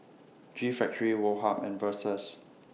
G Factory Woh Hup and Versace